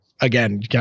Again